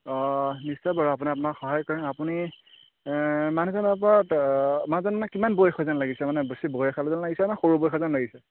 অঁ নিশ্চয় বাৰু আপুনি আপোনাক সহায় কৰিম আপুনি মানুহজনৰ ওপৰত মানুহজন মানে কিমান বয়স হোৱা যেন লাগিছে মানে বেছি বয়সীয়াল যেন লাগিছেনে সৰু বয়সৰ যেন লাগিছে